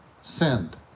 sinned